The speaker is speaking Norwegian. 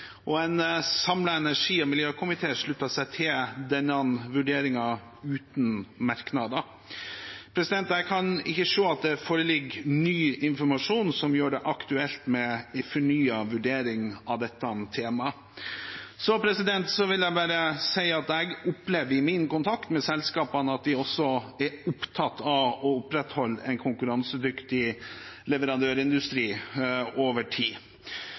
og en samlet energi- og miljøkomité sluttet seg til denne vurderingen uten merknader. Jeg kan ikke se at det foreligger ny informasjon som gjør det aktuelt med en fornyet vurdering av dette temaet. Så vil jeg si at jeg opplever i min kontakt med selskapene at de også er opptatt av å opprettholde en konkurransedyktig leverandørindustri over tid.